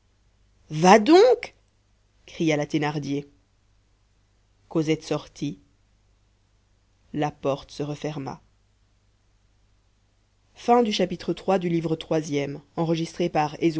va donc cria la thénardier cosette sortit la porte se referma